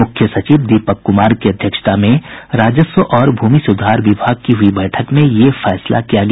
मुख्य सचिव दीपक कुमार की अध्यक्षता में राजस्व और भूमि सुधार विभाग की हुई बैठक में ये फैसला किया गया